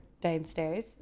downstairs